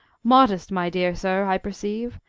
modest, my dear sir, i perceive.